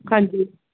ਹਾਂਜੀ